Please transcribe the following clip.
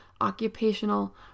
occupational